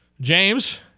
James